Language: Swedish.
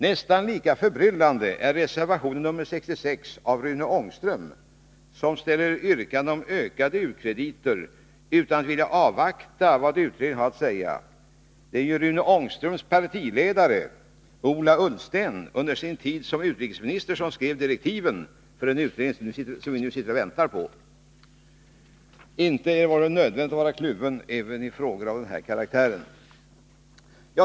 Nästan lika förbryllande är reservation 66 av Rune Ångström som ställer yrkanden om ökade u-krediter utan att vilja avvakta vad utredningen har att säga. Det är ju Rune Ångströms partiledare, Ola Ullsten, som under sin tid som utrikesminister skrev direktiven till den utredning som vi nu väntar på. Inte var det väl nödvändigt att vara kluven även i frågor av denna karaktär?